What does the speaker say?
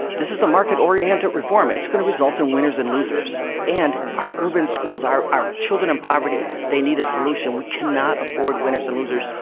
this is a market-oriented reform. it's going to result in winners and losers. and our urban schools our our children in poverty, they need a solution. we cannot afford winners and losers.